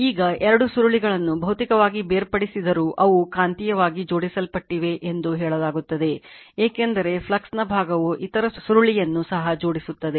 ಈಗ 2 ಸುರುಳಿಗಳನ್ನು ಭೌತಿಕವಾಗಿ ಬೇರ್ಪಡಿಸಿದ್ದರೂ ಅವು ಕಾಂತೀಯವಾಗಿ ಜೋಡಿಸಲ್ಪಟ್ಟಿವೆ ಎಂದು ಹೇಳಲಾಗುತ್ತದೆ ಏಕೆಂದರೆ ಫ್ಲಕ್ಸ್ನ ಭಾಗವು ಇತರ ಸುರುಳಿಯನ್ನು ಸಹ ಜೋಡಿಸುತ್ತದೆ